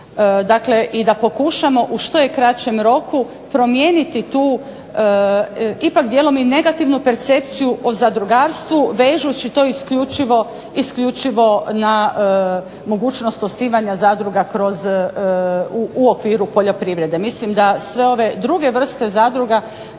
Dakle, i da pokušamo u što je kraćem roku promijeniti tu ipak dijelom i negativnu percepciju o zadrugarstvu vežući to isključivo na mogućnost osnivanja zadruga u okviru poljoprivrede. Mislim da sve ove druge vrste zadruga